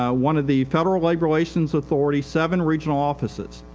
ah one of the federal regulations authority, seven regional offices.